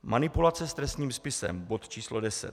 Manipulace s trestním spisem, bod číslo 10.